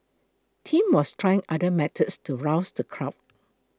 tim was trying other methods to rouse the crowd